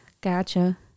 Gotcha